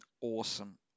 awesome